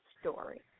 story